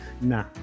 Nah